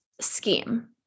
scheme